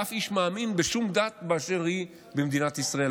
באף איש מאמין בשום דת באשר היא במדינת ישראל.